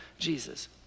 Jesus